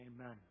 Amen